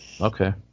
Okay